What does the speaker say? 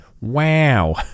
Wow